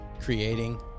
creating